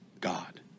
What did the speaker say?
God